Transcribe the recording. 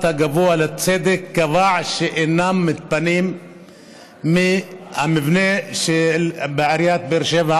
הגבוה לצדק קבע שהם אינם מתפנים מהמבנה של עיריית באר שבע,